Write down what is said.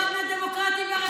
תלמד מהשמרנים באנגליה.